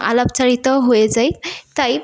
আলাপচারিতাও হয়ে যায় তাই